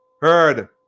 heard